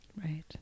right